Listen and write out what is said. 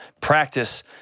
practice